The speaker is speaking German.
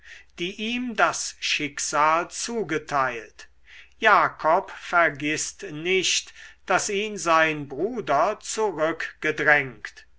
die ihm das schicksal zugeteilt jakob vergißt nicht daß ihn sein bruder zurückgedrängt